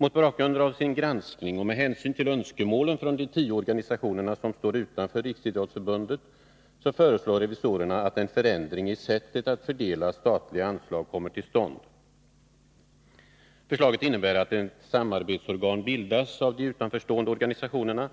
Mot bakgrund av sin granskning och med hänsyn till önskemålen från de tio organisationer som står utanför Riksidrottsförbundet föreslår revisorerna att en förändring i sättet att fördela statliga anslag kommer till stånd. Förslaget innebär att ett samarbetsorgan bildas av de utanförstående Nr 33 organisationerna.